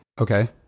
Okay